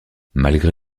malgré